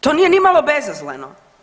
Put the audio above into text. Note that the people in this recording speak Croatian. To nije nimalo bezazleno.